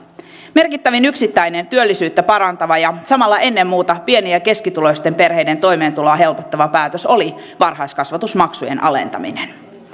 merkittävin yksittäinen työllisyyttä parantava ja samalla ennen muuta pieni ja keskituloisten perheiden toimeentuloa helpottava päätös oli varhaiskasvatusmaksujen alentaminen